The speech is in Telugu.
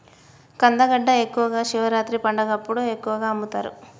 కందగడ్డ ఎక్కువగా శివరాత్రి పండగప్పుడు ఎక్కువగా అమ్ముతరు